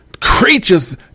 creatures